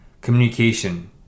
communication